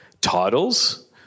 titles